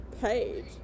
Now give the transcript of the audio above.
page